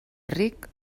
ric